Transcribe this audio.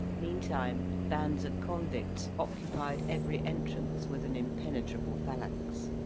meantime bands of convicts occupied every entrance with an impenetrable phalanx.